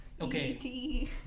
Okay